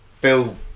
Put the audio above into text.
Bill